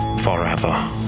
forever